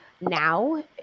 now